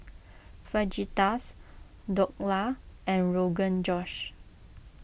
Fajitas Dhokla and Rogan Josh